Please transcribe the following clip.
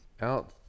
out